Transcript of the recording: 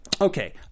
okay